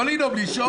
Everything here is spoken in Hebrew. לא לנאום, לשאול.